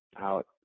out